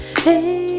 Hey